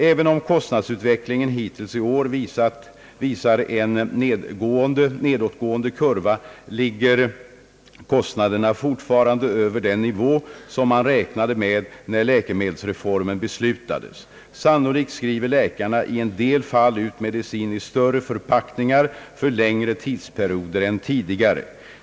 Även om kostnadsutvecklingen hittills i år visar en nedåtgående kurva, ligger kostnaderna fortfarande över den nivå som man räknade med när läkemedelsreformen beslutades. Sannolikt skriver läkarna i en del fall ut medicin i större förpackningar för längre tidsperioder än tidigare.